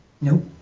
Nope